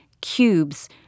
cubes